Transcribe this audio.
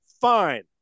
fine